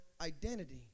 identity